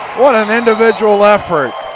what an individual effort.